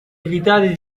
evitare